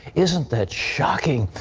isn't that shocking,